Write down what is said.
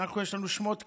יש לנו שמות קשר,